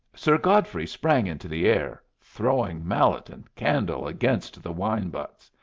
sir godfrey sprang into the air, throwing mallet and candle against the wine-butts.